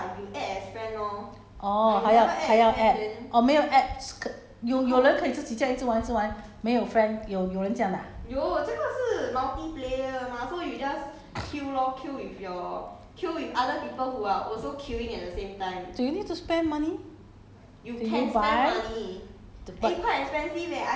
there's a name for you to see right will you see other people name orh 还要还要 add orh 没有 add 是可有有人可以这样自己一直玩一直玩没有 friend 有有人这样的 ah you do you need to spend money